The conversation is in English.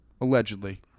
allegedly